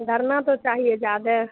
दरना तो चाहिए ज़्यादा